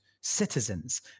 citizens